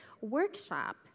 workshop